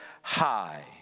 High